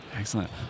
Excellent